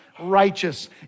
righteous